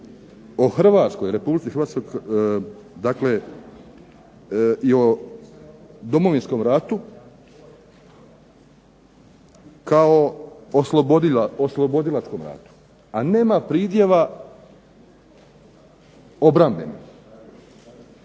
o Hrvatskoj, Republici Hrvatskoj dakle i o Domovinskom ratu kao oslobodilačkom ratu, a nema pridjeva obrambenih.